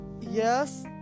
yes